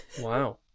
Wow